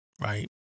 right